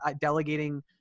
delegating